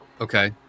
Okay